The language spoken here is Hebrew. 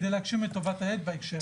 כדי להגשים את טובת הילד בהקשר הזה.